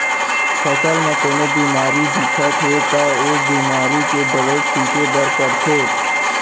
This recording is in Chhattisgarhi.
फसल म कोनो बेमारी दिखत हे त ओ बेमारी के दवई छिंचे बर परथे